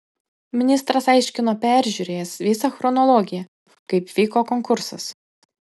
ministras aiškino peržiūrėjęs visą chronologiją kaip vyko konkursas